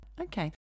Okay